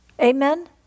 Amen